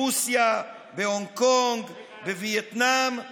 ברוסיה, בהונג קונג, בווייטנאם ובקמרון.